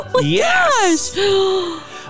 Yes